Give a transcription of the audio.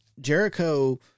Jericho